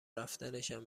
رفتنشم